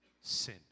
sin